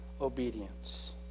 obedience